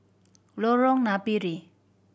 Lorong Napiri